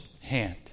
hand